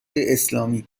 اسلامی